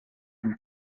une